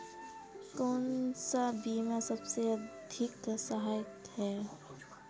कौन सा बीमा सबसे अधिक सहायक है?